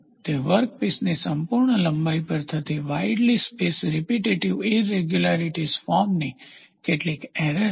તે વર્કપીસની સંપૂર્ણ લંબાઈ પર થતી વાઈડલી સ્પેશ રીપીટેટીવ ઈરેગ્યુલારીટીઝ ફોર્મની કેટલીક એરર છે